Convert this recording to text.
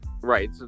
right